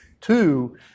two